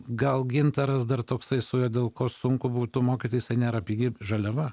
gal gintaras dar toksai su juo dėl ko sunku būtų mokytis jisai nėra pigi žaliava